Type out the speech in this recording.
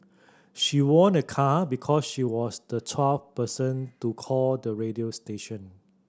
she won a car because she was the twelfth person to call the radio station